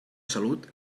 salut